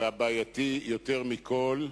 והבעייתי יותר מכול,